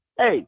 hey